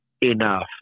enough